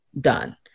done